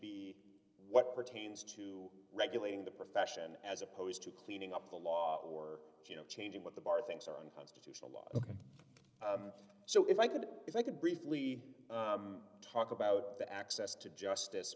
be what pertains to regulating the profession as opposed to cleaning up the law or changing what the bar thinks are unconstitutional laws ok so if i could if i could briefly talk about the access to justice